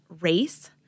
race